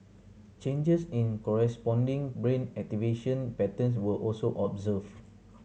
changes in corresponding brain activation patterns were also observed